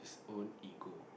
own ego